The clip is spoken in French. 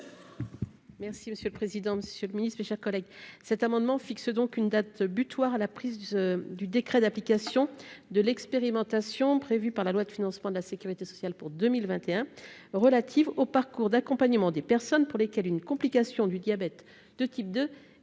Merci monsieur le président, Monsieur le Ministre, mes chers collègues,